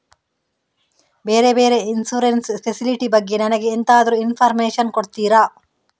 ಬೇರೆ ಬೇರೆ insurance facility ಬಗ್ಗೆ ನನಗೆ ಎಂತಾದ್ರೂ ಇನ್ಫೋರ್ಮೇಷನ್ ಕೊಡ್ತೀರಾ?